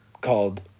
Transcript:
called